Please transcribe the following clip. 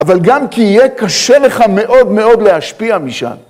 אבל גם כי יהיה קשה לך מאוד מאוד להשפיע משם.